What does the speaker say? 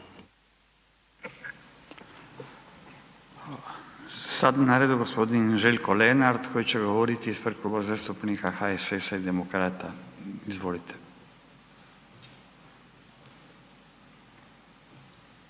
Sad je na redu g. Željko Lenart koji će govoriti ispred Kluba zastupnika HSS-a i Demokrata, izvolite.